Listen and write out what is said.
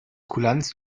kulanz